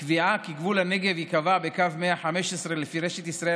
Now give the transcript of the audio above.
הקביעה כי גבול הנגב ייקבע בקו 115 לפי רשת ישראל